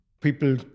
people